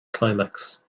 climax